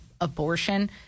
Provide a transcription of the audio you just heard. abortion